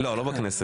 לא, לא בכנסת.